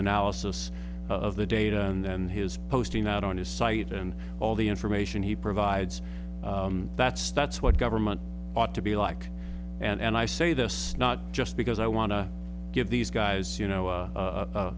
analysis of the data and then his posting out on his site and all the information he provides that's that's what government ought to be like and i say this not just because i want to give these guys you know